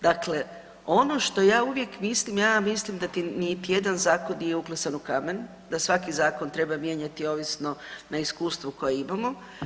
Dakle, ono što ja uvijek mislim, ja mislim da niti jedan zakon nije uklesan u kamen, da svaki zakon treba mijenjati ovisno na iskustvo koje imamo.